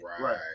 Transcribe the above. right